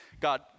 God